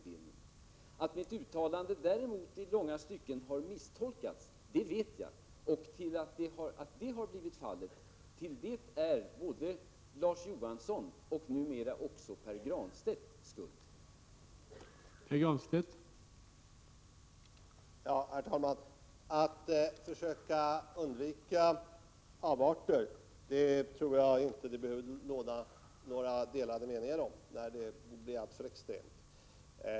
| Beträffande mitt uttalande, som i långa stycken har misstolkats— jag vet att så är fallet — vill jag säga att det är Larz Johansson och numera också Pär Granstedt som är skuld till det hela.